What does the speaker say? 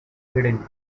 hidden